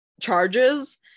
charges